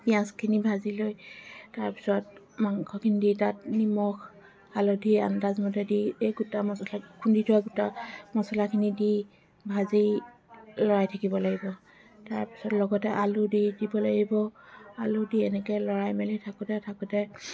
পিয়াজখিনি ভাজি লৈ তাৰপিছত মাংসখিনি দি তাত নিমখ হালধি আন্দাজ মতে দি এই গোটা মছলা খুন্দি থোৱা গোটা মছলাখিনি দি ভাজি লৰাই থাকিব লাগিব তাৰপিছত লগতে আলু দি দিব লাগিব আলু দি এনেকৈ লৰাই মেলি থাকোতে থাকোতে